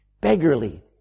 beggarly